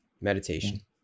Meditation